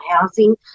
housing